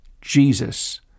Jesus